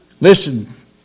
Listen